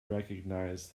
recognize